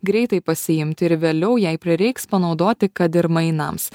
greitai pasiimti ir vėliau jei prireiks panaudoti kad ir mainams